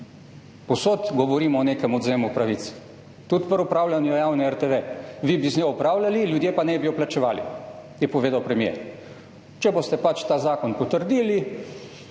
Povsod govorimo o nekem odvzemu pravic, tudi pri upravljanju javne RTV. Vi bi z njo upravljali, ljudje pa naj bi jo plačevali, je povedal premier. Če boste ta zakon potrdili,